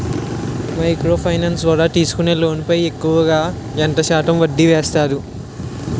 Micro finance ద్వారా తీసుకునే loan పై ఎక్కువుగా ఎంత శాతం వడ్డీ వేస్తారు?